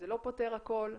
זה לא פותר הכל,